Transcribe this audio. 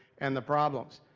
and the problems.